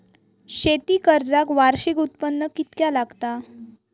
शेती कर्जाक वार्षिक उत्पन्न कितक्या लागता?